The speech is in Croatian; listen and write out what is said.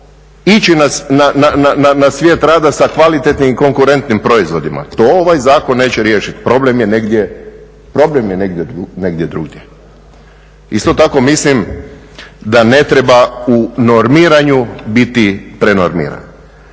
ići na svijet rada sa kvalitetnim i konkurentnim proizvodima? To ovaj zakon neće riješiti, problem je negdje drugdje. Isto tako mislim da ne treba u normiranju biti prenormiran.